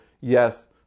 yes